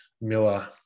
Miller